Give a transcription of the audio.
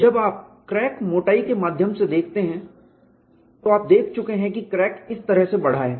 तो जब आप क्रैक मोटाई के माध्यम से देखते हैं तो आप देख चुके है कि क्रैक इस तरह से बढ़ा है